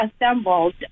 assembled